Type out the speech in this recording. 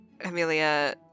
Amelia